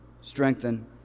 strengthen